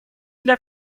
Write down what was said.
для